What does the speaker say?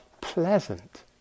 pleasant